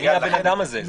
מי האדם הזה?